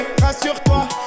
Rassure-toi